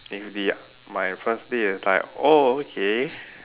if the my first date is like oh okay